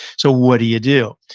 so, what do you do?